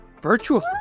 virtual